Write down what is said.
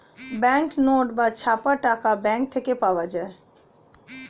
bank note বা ছাপা টাকা ব্যাঙ্ক থেকে পাওয়া যায়